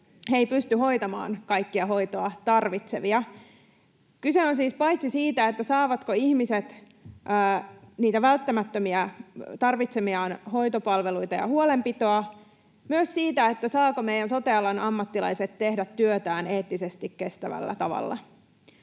he eivät pysty hoitamaan kaikkia hoitoa tarvitsevia. Kyse on siis paitsi siitä, saavatko ihmiset niitä välttämättömiä, tarvitsemiaan hoitopalveluita ja huolenpitoa, myös siitä, saavatko meidän sote-alan ammattilaiset tehdä työtään eettisesti kestävällä tavalla.